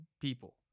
people